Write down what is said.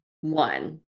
One